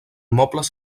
mobles